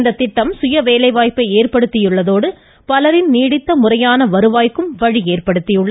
இந்த திட்டம் சுயவேலைவாய்ப்பை ஏற்படுத்தியுள்ளதோடு பலரின் நீடித்த முறையான வருவாய்க்கும் வழி ஏற்படுத்தியுள்ளது